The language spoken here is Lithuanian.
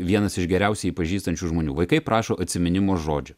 vienas iš geriausiai pažįstančių žmonių vaikai prašo atsiminimo žodžių